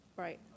Right